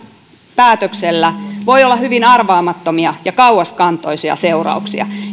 päätöksellä voi olla hyvin arvaamattomia ja kauaskantoisia seurauksia